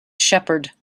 shepherd